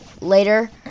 later